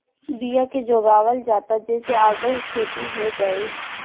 बिया के जोगावल जाता जे से आगहु खेती हो जाए